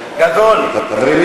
חברים,